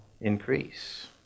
increase